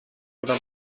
oder